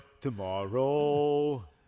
tomorrow